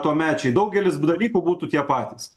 tuomečiai daugelis dalykų būtų tie patys